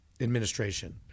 administration